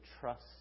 trust